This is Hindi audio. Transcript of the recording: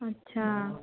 अच्छा